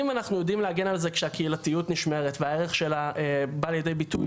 אם אנחנו יודעים להגן על זה כשהקהילתיות נשמרת והערך שלה בא לידי ביטוי,